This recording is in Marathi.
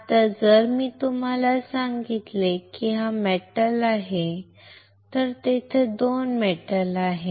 आता जर मी तुम्हाला सांगितले की हा एक मेटल आहे तर तेथे 2 मेटल आहेत